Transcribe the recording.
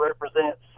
represents